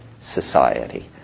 society